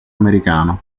americano